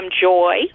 joy